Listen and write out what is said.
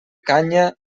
canya